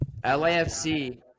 LAFC